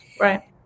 Right